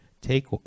Take